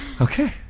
Okay